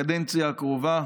בקדנציה הקרובה,